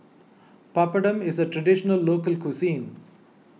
Papadum is a Traditional Local Cuisine